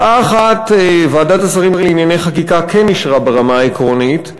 הצעה אחת ועדת השרים לענייני חקיקה כן אישרה ברמה העקרונית,